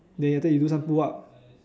then after that you do some pull up